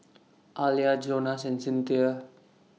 Alia Jonas and Cinthia